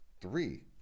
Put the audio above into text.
three